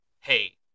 hey